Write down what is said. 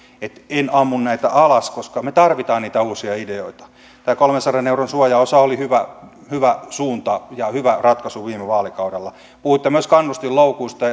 en ammu näitä alas koska me tarvitsemme niitä uusia ideoita tämä kolmensadan euron suojaosa oli hyvä hyvä suunta ja hyvä ratkaisu viime vaalikaudella puhuitte myös kannustinloukuista